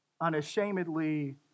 unashamedly